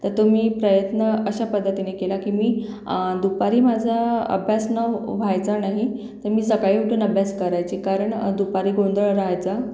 तर तो मी प्रयत्न अशा पद्धतीने केला की मी दुपारी माझा अभ्यास न व्हायचा नाही तर मी सकाळी उठून अभ्यास करायची कारण दुपारी गोंधळ राहायचा